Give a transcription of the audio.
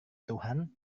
tuhan